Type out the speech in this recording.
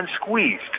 squeezed